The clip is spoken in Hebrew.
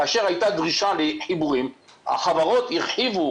כאשר הייתה דרישה לחיבורים החברות הרחיבו